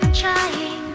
trying